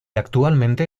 actualmente